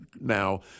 now